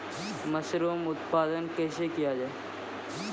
Mushroom उत्पादन कैसे किया जाय?